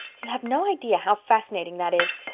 you have no idea how fascinating that is.